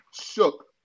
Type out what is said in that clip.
shook